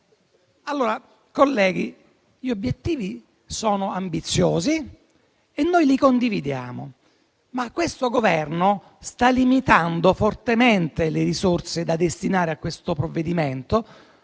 Ternullo. Colleghi, gli obiettivi sono ambiziosi e noi li condividiamo, ma il Governo sta limitando fortemente le risorse da destinare a questo provvedimento